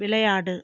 விளையாடு